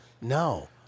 No